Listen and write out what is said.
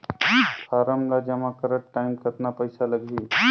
Form ला जमा करत टाइम कतना पइसा लगही?